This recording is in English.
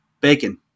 Bacon